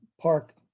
park